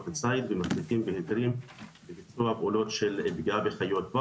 הציד ומחזקים בהיתרים של ביצוע פעולות של פגיעה בחיות בר.